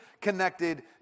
connected